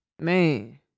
man